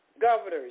governors